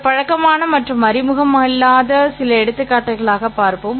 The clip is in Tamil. சில பழக்கமான மற்றும் அறிமுகமில்லாத சில எடுத்துக்காட்டுகளாகப் பார்ப்போம்